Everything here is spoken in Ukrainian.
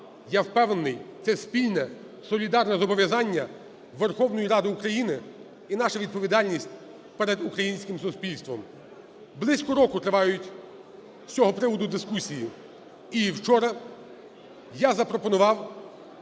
Я впевнений, це спільне солідарне зобов'язання Верховної Ради України і наша відповідальність перед українським суспільством. Близько року тривають з цього приводу дискусії, і вчора я запропонував